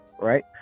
right